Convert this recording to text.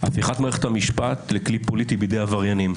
"הפיכת מערכת המשפט לכלי פוליטי בידי עבריינים".